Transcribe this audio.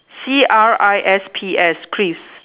C R I S P S crisps